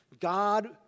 God